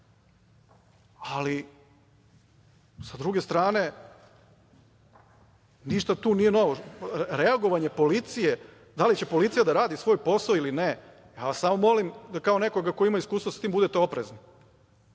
druge strane, ništa tu nije novo. Reagovanje policije, da li će policija da radi svoj posao ili ne, ja vas samo molim da kao neko ko ima iskustvo sa tim budete oprezni.